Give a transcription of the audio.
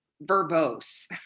verbose